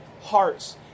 hearts